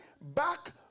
back